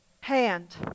hand